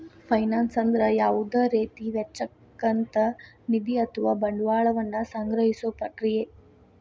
finance ಅಂದ್ರ ಯಾವುದ ರೇತಿ ವೆಚ್ಚಕ್ಕ ಅಂತ್ ನಿಧಿ ಅಥವಾ ಬಂಡವಾಳ ವನ್ನ ಸಂಗ್ರಹಿಸೊ ಪ್ರಕ್ರಿಯೆ